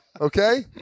okay